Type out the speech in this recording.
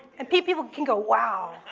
and people can go, wow!